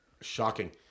shocking